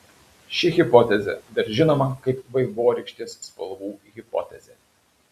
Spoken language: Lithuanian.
ši hipotezė dar žinoma kaip vaivorykštės spalvų hipotezė